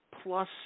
plus